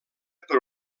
per